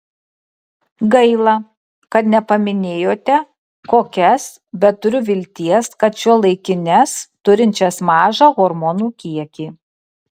gaila kad nepaminėjote kokias bet turiu vilties kad šiuolaikines turinčias mažą hormonų kiekį